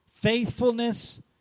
Faithfulness